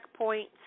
checkpoints